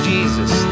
Jesus